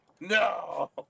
No